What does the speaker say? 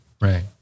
Right